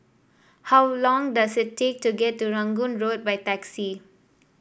how long does it take to get to Rangoon Road by taxi